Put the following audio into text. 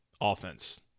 offense